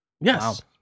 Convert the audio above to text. yes